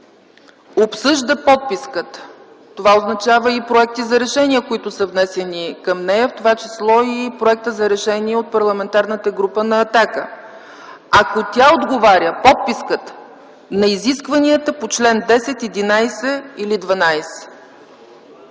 обсъжда подписката”. Това означава и проекти за решения, които са внесени към нея, в това число и Проекта за решение от Парламентарната група на „Атака”, ако тя отговаря” – подписката, „на изискванията по чл. 10, 11 или 12”.